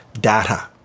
data